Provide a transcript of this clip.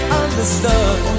understood